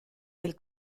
del